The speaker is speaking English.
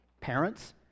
parents